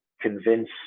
convince